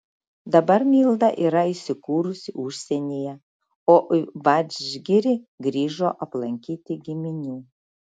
dabar milda yra įsikūrusi užsienyje o į vadžgirį grįžo aplankyti giminių